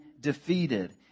defeated